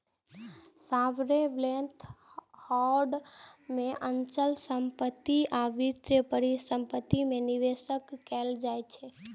sovereign wealth fund के अचल संपत्ति आ वित्तीय परिसंपत्ति मे निवेश कैल जाइ छै